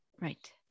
Right